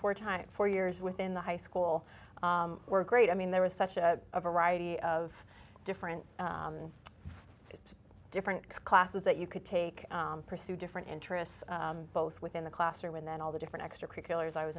th time four years within the high school were great i mean there was such a variety of different different classes that you could take pursue different interests both within the classroom and then all the different extracurriculars i was